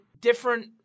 different